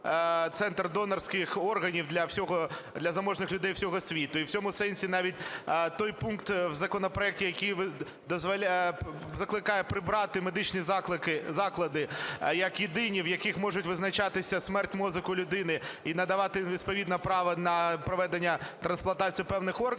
центр донорських органів для всього… для заможних людей всього світу. І в цьому сенсі навіть той пункт в законопроекті, який закликає прибрати медичні заклади як єдині, в яких можуть визначати смерть мозку людини і надавати відповідне право на проведення трансплантацію певних органів,